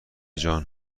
جان